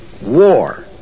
war